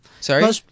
Sorry